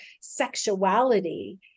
sexuality